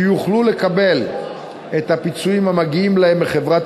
שיוכלו לקבל את הפיצויים המגיעים להם מחברת